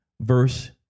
verse